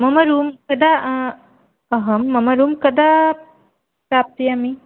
मम रूम् कदा अहं मम रूम् कदा प्राप्स्यामि